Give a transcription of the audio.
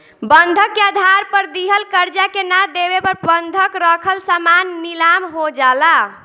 बंधक के आधार पर दिहल कर्जा के ना देवे पर बंधक रखल सामान नीलाम हो जाला